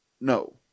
No